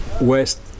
west